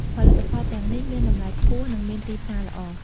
ផលិតផលទាំងនេះមានតម្លៃខ្ពស់ និងមានទីផ្សារល្អ។